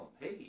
Hey